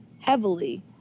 heavily